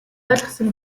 ойлгосон